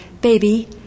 Baby